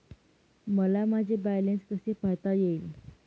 मला माझे बॅलन्स कसे पाहता येईल?